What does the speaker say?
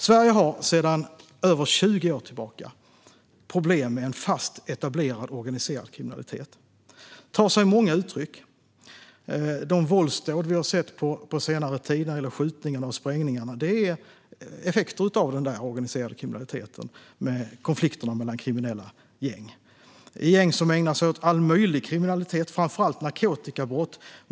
Sverige har sedan över 20 år tillbaka problem med en fast etablerad organiserad kriminalitet. Den tar sig många uttryck. De våldsdåd - skjutningar och sprängningar - som har skett på senare tid är effekter av den organiserade kriminaliteten och konflikterna mellan kriminella gäng. Det är gäng som ägnar sig åt all möjlig kriminalitet, framför allt narkotikabrott.